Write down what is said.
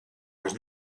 was